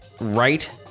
right